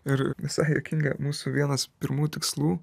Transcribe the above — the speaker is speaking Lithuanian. ir visai juokinga mūsų vienas pirmų tikslų